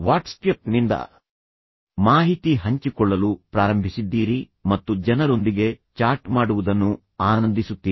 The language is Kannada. ವಾಟ್ಸ್ಆ್ಯಪ್ ನಿಂದ ಮಾಹಿತಿ ಹಂಚಿಕೊಳ್ಳಲು ಪ್ರಾರಂಭಿಸಿದ್ದೀರಿ ಮತ್ತು ಜನರೊಂದಿಗೆ ಚಾಟ್ ಮಾಡುವುದನ್ನು ಆನಂದಿಸುತ್ತೀರಿ